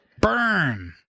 Burn